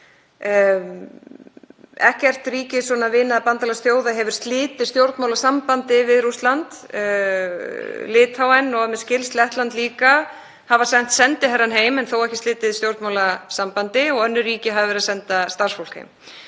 Ekkert ríki vina- og bandalagsþjóða hefur slitið stjórnmálasambandi við Rússland. Litháen og að mér skilst Lettland líka hafa sent sendiherrann heim en þó ekki slitið stjórnmálasambandi og önnur ríki hafa verið að senda starfsfólk